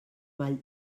mae